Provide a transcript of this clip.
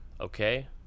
Okay